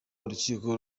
urukiko